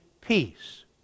peace